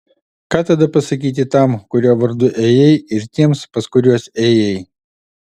ką tada pasakyti tam kurio vardu ėjai ir tiems pas kuriuos ėjai